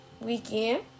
weekend